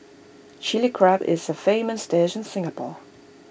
Chilli Crab is A famous dish in Singapore